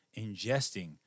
ingesting